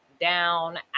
down